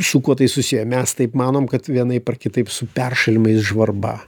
su kuo tai susiję mes taip manom kad vienaip ar kitaip su peršalimais žvarba